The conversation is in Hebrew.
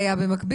אלה הנתונים.